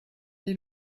die